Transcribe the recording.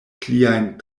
pliajn